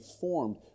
formed